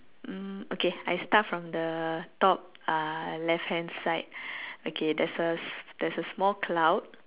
hmm okay I start from the top uh left hand side okay there's a there's a small cloud